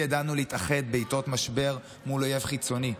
אנחנו תמיד ידענו להתאחד בעיתות משבר מול אויב חיצוני.